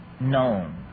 Known